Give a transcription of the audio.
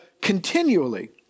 continually